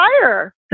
fire